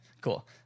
Cool